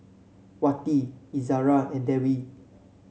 Wati Izara and Dewi